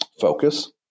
focus